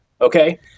okay